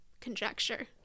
conjecture